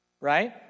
right